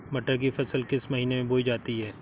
मटर की फसल किस महीने में बोई जाती है?